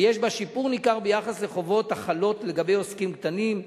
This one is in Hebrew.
ויש בה שיפור ניכר ביחס לחובות החלות לגבי עוסקים קטנים.